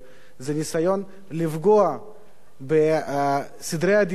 זה ניסיון לפגוע בסדרי עדיפויות